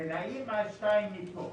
ולאמא שתיים מפה,